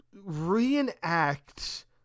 reenact